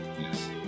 Yes